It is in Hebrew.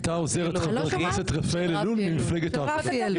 הייתה עוזרת של חבר הכנסת רפאל אלול ממפלגת העבודה,